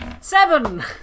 Seven